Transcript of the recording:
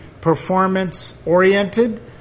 performance-oriented